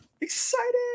Excited